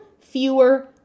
fewer